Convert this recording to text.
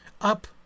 Up